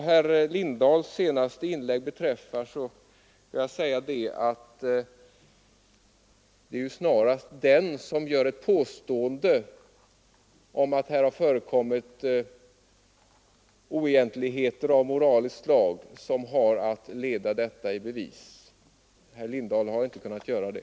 Vad beträffar herr Lindahls i Hamburgsund senaste inlägg vill jag säga att det snarast bör åligga den som gör ett påstående om att det förekommit ett från moralisk synpunkt oegentligt handlande att också leda detta i bevis. Herr Lindahl har inte kunnat göra det.